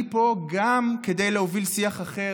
אני פה גם כדי להוביל שיח אחר,